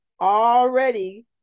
already